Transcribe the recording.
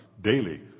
daily